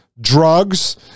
drugs